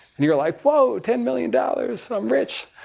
and you're like, whoa, ten million dollars. i'm rich.